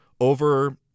over